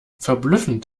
verblüffend